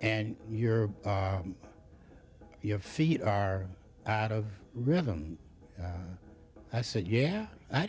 and you're your feet are out of rhythm i said yeah i